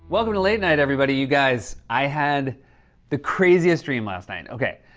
welcome to late night, everybody. you guys, i had the craziest dream last night. okay,